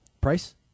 price